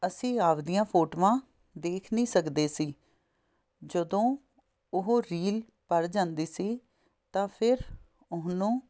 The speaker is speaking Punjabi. ਅਸੀਂ ਆਪਦੀਆਂ ਫੋਟੋਆਂ ਦੇਖ ਨਹੀਂ ਸਕਦੇ ਸੀ ਜਦੋਂ ਉਹ ਰੀਲ ਭਰ ਜਾਂਦੀ ਸੀ ਤਾਂ ਫਿਰ ਉਹਨੂੰ